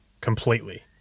completely